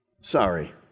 Sorry